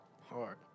Hard